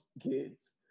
kids